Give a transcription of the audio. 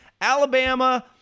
Alabama